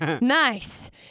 Nice